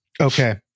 Okay